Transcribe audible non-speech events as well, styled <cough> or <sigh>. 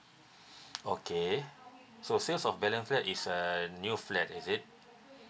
<breath> okay so sales of balance flat is a new flat is it